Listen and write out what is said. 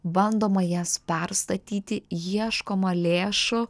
bandoma jas perstatyti ieškoma lėšų